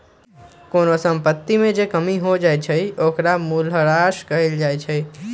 कोनो संपत्ति में जे कमी हो जाई छई ओकरा मूलहरास कहल जाई छई